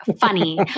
funny